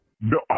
No